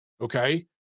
Okay